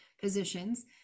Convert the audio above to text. positions